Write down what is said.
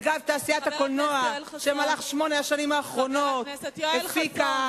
זה את שעשית את זה, זה את, היית פה